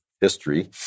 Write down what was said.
history